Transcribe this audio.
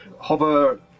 Hover